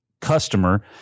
customer